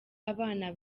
abana